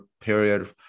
period